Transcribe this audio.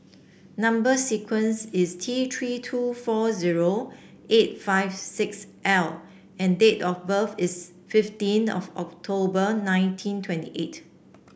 number sequence is T Three two four zero eight five six L and date of birth is fifteen of October nineteen twenty eight